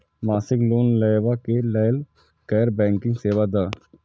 मासिक लोन लैवा कै लैल गैर बैंकिंग सेवा द?